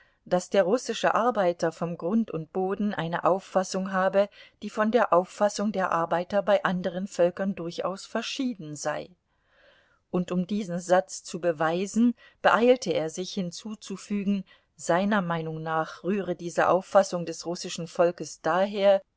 daß der russische arbeiter vom grund und boden eine auffassung habe die von der auffassung der arbeiter bei anderen völkern durchaus verschieden sei und um diesen satz zu beweisen beeilte er sich hinzuzufügen seiner meinung nach rühre diese auffassung des russischen volkes daher